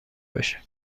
باشه